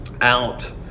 out